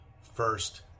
first